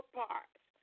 parts